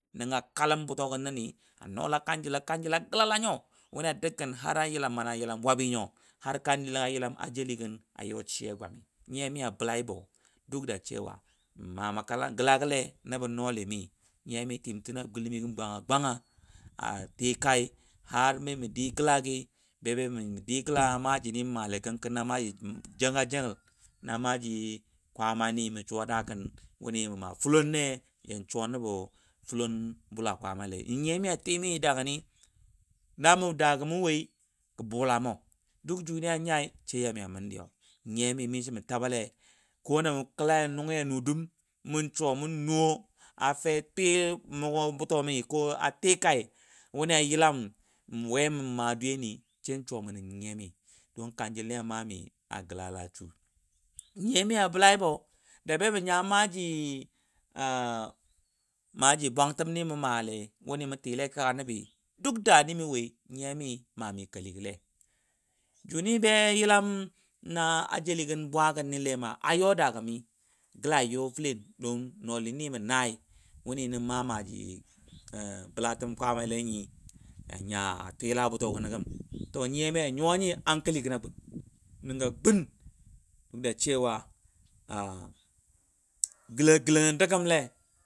Haka nyiya mi ti mi lai be twamni bə kabale nəbɔ gɔ sai a ti yəng təgɔ a nyim cewa mə kababɔ nə kwan sai sami nəbni tikai maji gɔ lai banə murka nə murka dʊlɔ ja jung mi twamɔ lan yɔ a gəla lalɔ gəm yilam bein nəngɔ kɛmən ni twamni bə kabalei nəngɔ ju mə nyale sə yan ywa kɛmən gala gəle nən, na ywa kɛmən gəla gi na kajoulɔ belei tagi nəngo twamgo bə jung lei ha ni mə di gəla ni na begəni haka kuma mə yɔgəla dʊno lai nyiyami a bəlai bo. Kafin you dali gəla go wuni a shu wʊni bəmtən begəni n naa nɔɔli, to nolimi ma mə nai ma na kebɔ nyiyami a ti tano gwanga gwangai ma na mə naabɔ nɔɔli ni nənga ti mi təno gwang gwangai, a tikai har mə naa nɔɔli ni, juni nə nya nəbo gi nan dwami a gwal a ni nan we gə nyai akʊma ni na swi buge gə ni na nya ba kobo woi a tʊnmi, nə nya gəla go nəbo nɔɔli mi nə shu nyiya mi a bəlaibo da yake lokaci go kila mi ni a duli duli a gən ajəgəm lɔgəno jəbo nwalago har sha ka nɔɔli a natəno nɔtəlam gəno yo la mi mi mwegən wo tabo nən la bəla nən nəbo nyiya mi nyiya mi kuma sai gɔ səbo nuni bwang mi le guli na gəno təgən a dou yuwa ga təg nə dul nɔlatəm tama bwila go.